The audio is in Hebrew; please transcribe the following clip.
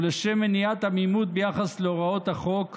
ולשם מניעת עמימות ביחס להוראות החוק ולמשמעותן,